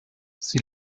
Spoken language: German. sie